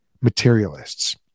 materialists